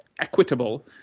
equitable